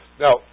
Now